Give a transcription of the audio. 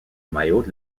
maillot